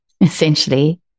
essentially